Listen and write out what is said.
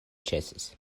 ĉesis